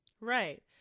Right